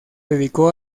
dedicó